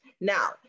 Now